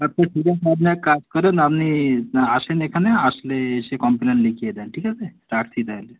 আচ্ছা ঠিক আছে আপনি এক কাজ করেন আপনি আসেন এখানে আসলে এসে কমপ্লেন লিখিয়ে যান ঠিক আছে রাখছি তাহলে